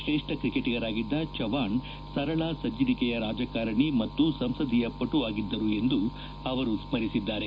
ಶ್ರೇಷ್ತ ಕ್ರಿಕೆಟಿಗರಾಗಿದ್ದ ಚವ್ಣಾಣ್ ಸರಳ ಸಜ್ಜನಿಕೆಯ ರಾಜಕಾರಣಿ ಮತ್ತು ಸಂಸದೀಯ ಪಟು ಆಗಿದ್ದರು ಎಂದು ಅವರು ಸ್ಕರಿಸಿದ್ದಾರೆ